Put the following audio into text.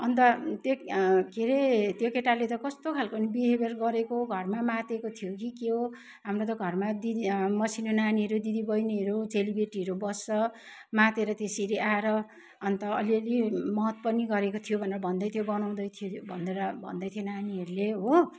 अन्त त्यो के अरे केटाले त कस्तो खालको नि बिहेव्यर गरेको घरमा मातेको थियो कि के हो हाम्रो त घरमा दिदी मसिनो नानीहरू दिदी बहिनीहरू चेलीबेटीहरू बस्छ मातेर त्यसरी आएर अन्त अलि अलि मद पनि गरेको थियो भनेर भन्दै थियो गनाउँदै थियो भनेर भन्दै थियो नानीहरूले हो